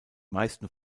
meisten